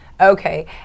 Okay